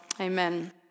Amen